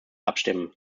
abstimmen